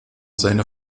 seine